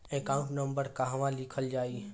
Account number कहवा लिखल जाइ?